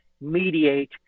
mediate